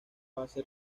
base